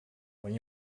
when